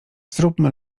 zróbmy